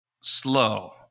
slow